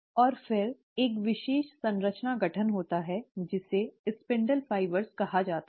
और फिर एक विशेष संरचना गठन होता है जिसे स्पिंडल फाइबर कहा जाता है